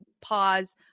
pause